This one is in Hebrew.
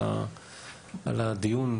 על הדיון,